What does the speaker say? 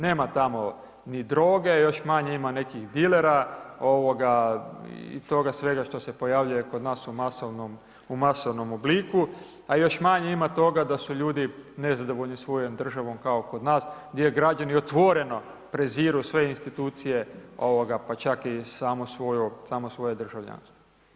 Nema tamo ni droge, još manje ima nekih dilera i toga svega što se pojavljuje kod nas u masovnom obliku, a još manje ima toga da su ljudi nezadovoljni svojom državom kao kod nas gdje je građani otvoreno preziru sve institucije, pa čak i samo svoje državljanstvo.